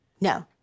No